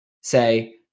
say